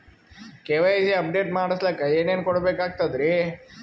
KYC update ಮಾಡಸ್ಲಕ ಏನೇನ ಕೊಡಬೇಕಾಗ್ತದ್ರಿ?